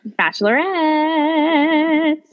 Bachelorette